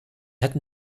hätten